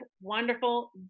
wonderful